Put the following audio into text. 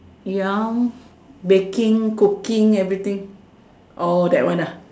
ya baking cooking everything oh that one ah